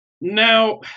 Now